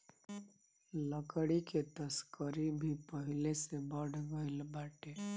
लकड़ी के तस्करी भी पहिले से बढ़ गइल बाटे